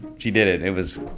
she did it. it was.